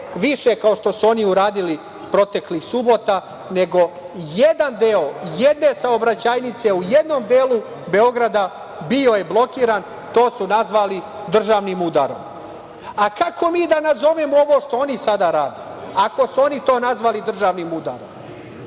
više kao što su oni uradili proteklih subota, nego jedan deo jedne saobraćajnice u jednom delu Beograda bio je blokiran. To su nazvali državnim udarom. Kako mi da nazovemo ovo što oni sada rade, ako su oni to nazvali državnim udarom?